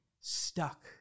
stuck